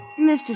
Mr